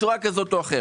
בצורה כזו או אחרת.